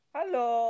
Hello